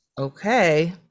okay